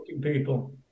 people